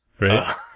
Right